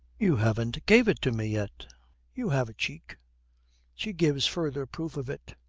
you haven't gave it to me yet you have a cheek she gives further proof of it.